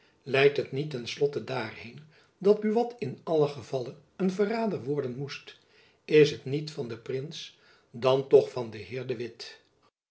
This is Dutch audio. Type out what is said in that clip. leidt het niet ten slotte daarheen dat buat in allen gevalle een verrader worden moest is het niet van den prins dan toch van den heer de witt